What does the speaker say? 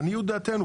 לעניות דעתנו,